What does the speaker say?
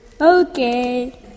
Okay